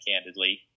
candidly